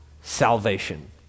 Salvation